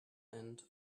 end